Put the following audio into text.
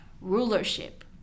rulership